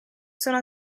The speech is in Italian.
sono